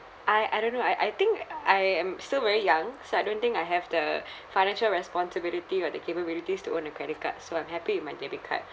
I I don't know I I think I am still very young so I don't think I have the financial responsibility or the capabilities to own a credit card so I'm happy with my debit card